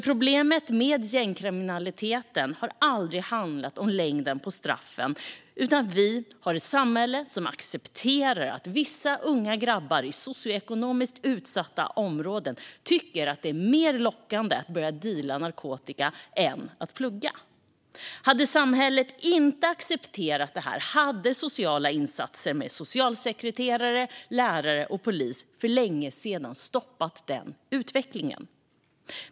Problemet med gängkriminaliteten har aldrig handlat om längden på straffen utan om att vi har ett samhälle som har accepterat att vissa unga grabbar i socioekonomiskt utsatta områden tycker att det är mer lockande att börja deala narkotika än att plugga. Hade samhället inte accepterat det här skulle sociala insatser med socialsekreterare, lärare och polis för länge sedan ha stoppat den utvecklingen.